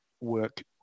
work